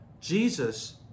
jesus